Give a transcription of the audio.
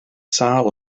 sâl